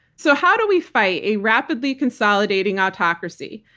so how do we fight a rapidly consolidating autocracy?